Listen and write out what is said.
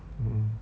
mm